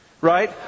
right